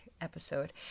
episode